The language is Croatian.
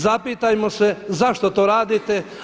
Zapitajmo se zašto to radite?